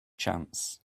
chance